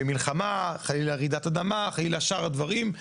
מלחמה, חלילה רעידת אדמה, חלילה שאר הדברים.